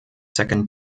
second